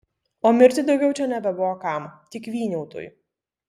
o mirti daugiau čia nebebuvo kam tik vyniautui